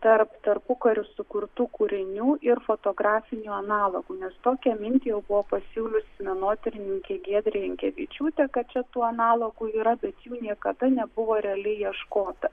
tarp tarpukariu sukurtų kūrinių ir fotografinių analogų nes tokią mintį jau buvo pasiūliusi menotyrininkė giedrė jankevičiūtė kad čia tų analogų yra bet jų niekada nebuvo realiai ieškota